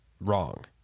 wrong